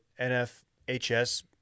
NFHS